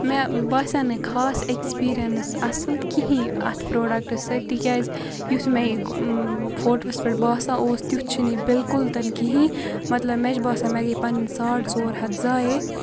مےٚ باسیو نہٕ خاص ایکٕسپیٖرِیَنٕس اَصٕل کِہیٖنۍ اَتھ پرٛوڈَکٹَس سۭتۍ تِکیاز یُتھ مےٚ یہِ فوٹووَس پٮ۪ٹھ باسان اوس تِیُتھ چھُنہٕ یہٕ بِلکُل تہِ کِہیٖنۍ مَطلَب مےٚ چھُ باسان مےٚ گٔے پَنٕنۍ ساڈ ژور ہَتھ ذایعے